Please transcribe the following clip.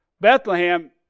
Bethlehem